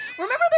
Remember